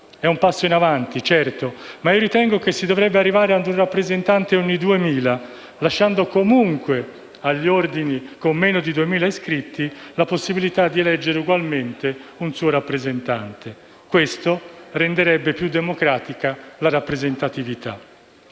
un passo avanti, ma ritengo che si dovrebbe arrivare ad un rappresentante ogni 2.000 iscritti, lasciando comunque gli Ordini con meno di 2.000 iscritti la possibilità di eleggere ugualmente un loro rappresentante. Questo renderebbe più democratica la rappresentatività.